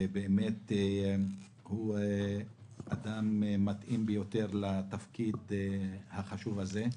והוא אדם מתאים ביותר לתפקיד החשוב הזה.